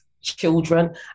children